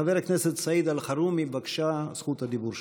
חבר הכנסת סעיד אלחרומי, בבקשה, זכות הדיבור שלך.